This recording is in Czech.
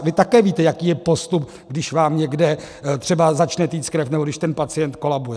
Vy také víte, jaký je postup, když vám někde třeba začne téct krev nebo když ten pacient kolabuje.